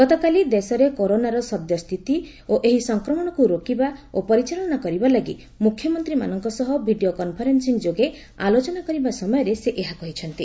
ଗତକାଲି ଦେଶରେ କରୋନା ସଦ୍ୟ ସ୍ଥିତି ଓ ଏହି ସଂକ୍ରମଣକୁ ରୋକିବା ଓ ପରିଚାଳନା କରିବା ଲାଗି ମୁଖ୍ୟମନ୍ତ୍ରୀମାନଙ୍କ ସହ ଭିଡ଼ିଓ କନ୍ଫରେନ୍ ି ଯୋଗେ ଆଲୋଚନା କରିବା ସମୟରେ ସେ ଏହା କହିଛନ୍ତି